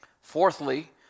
Fourthly